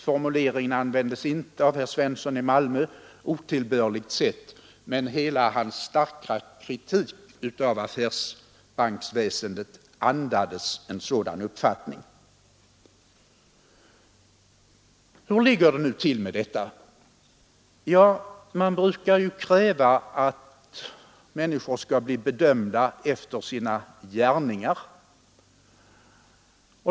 Formuleringen ”otillbörligt sätt” användes inte av herr Svensson i Malmö, men hela hans starka kritik av affärsbanksväsendet andades en sådan uppfattning. Hur ligger det till med detta? Man brukar kräva att människor skall bli bedömda efter sina gärningar.